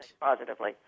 positively